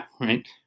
right